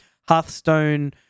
Hearthstone